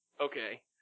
Okay